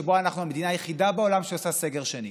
שבו אנחנו המדינה היחידה בעולם שעושה סגר שני.